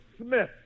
Smith